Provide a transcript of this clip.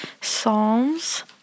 Psalms